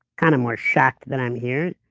kind of more shocked that i'm here